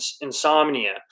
insomnia